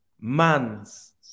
man's